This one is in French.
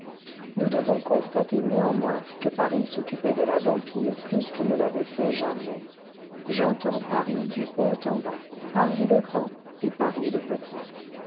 nous devons constater néanmoins que paris s'occupait de la vampire plus qu'il ne l'avait fait jamais j'entends paris du haut en bas paris le grand et paris le petit